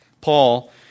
Paul